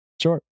Sure